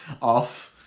off